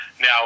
Now